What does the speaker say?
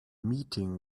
meeting